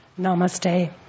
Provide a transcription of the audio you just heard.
Namaste